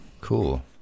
Cool